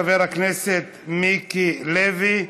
חבר הכנסת מיקי לוי,